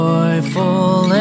Joyful